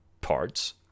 parts